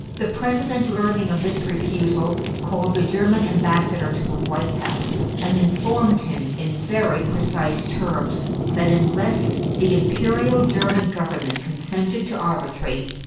the president, learning of this refusal, called the german ambassador to the white house and informed him in very precise terms that, unless the imperial german government consented to arbitrate,